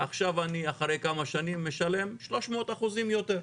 ועכשיו אני משלם 300% יותר,